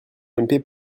l’ump